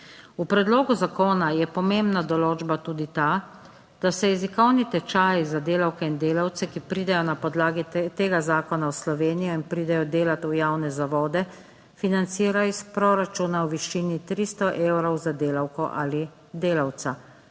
V predlogu zakona je pomembna določba tudi ta, da se jezikovni tečaji za delavke in delavce, ki pridejo na podlagi tega zakona v Slovenijo in pridejo delat v javne zavode financira iz proračuna v višini 300 evrov za delavko ali delavca.